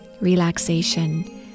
relaxation